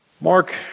Mark